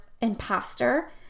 imposter